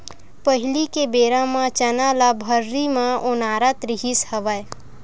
पहिली के बेरा म चना ल भर्री म ओनारत रिहिस हवय